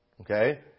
okay